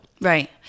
Right